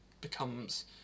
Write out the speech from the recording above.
becomes